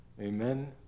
Amen